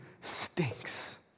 stinks